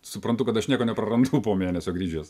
suprantu kad aš nieko neprarandu po mėnesio grįžęs